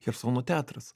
chersono teatras